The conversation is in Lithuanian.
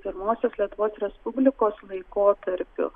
pirmosios lietuvos respublikos laikotarpiu